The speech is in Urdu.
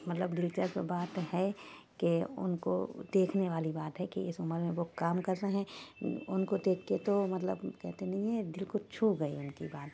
مطللب دلچسپ بات ہے کہ ان کو دیکھنے والی بات ہے کہ اس عمر میں وہ کام کر رہے ہیں ان کو دیکھ کے تو مطلب کہتے نہیں ہیں دل کو چھو گئی ان کی بات